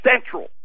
central